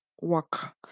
work